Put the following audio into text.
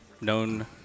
known